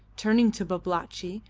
turning to babalatchi,